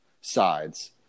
sides –